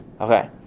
Okay